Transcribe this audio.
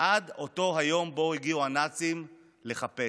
עד אותו היום שבו הגיעו הנאצים לחפש.